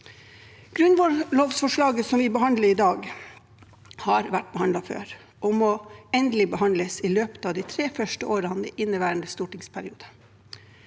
Grunnlovsforslaget som vi behandler i dag, har vært behandlet før og må endelig behandles i løpet av de tre første årene i inneværende